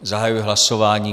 Zahajuji hlasování.